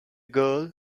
girl